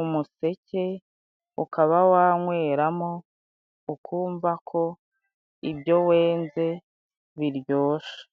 umuseke, ukaba wanyweramo ukumva ko ibyo wenze biryoshe.